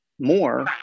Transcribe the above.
more